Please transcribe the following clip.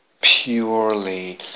purely